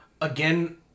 again